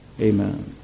Amen